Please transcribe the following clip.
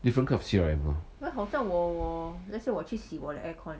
different kind of C_R_M you know